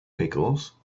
pickles